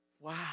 Wow